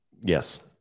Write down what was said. Yes